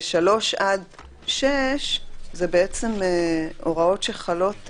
ו-3 עד 6 אלה הוראות שחלות,